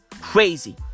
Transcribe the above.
crazy